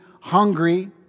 hungry